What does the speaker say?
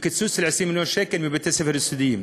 וקיצוץ של 20 מיליון שקל מבתי-הספר היסודיים.